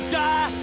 die